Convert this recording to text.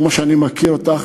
כמו שאני מכיר אותך,